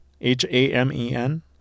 H-A-M-E-N